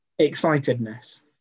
excitedness